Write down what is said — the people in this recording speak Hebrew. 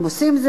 הם עושים,